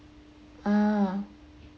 ah